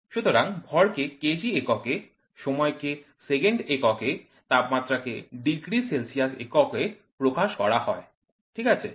সুতরাং ভরকে কেজি এককে সময়কে সেকেন্ড এককে তাপমাত্রাকে ডিগ্রি সেলসিয়াস এককে প্রকাশ করা হয় ঠিক আছে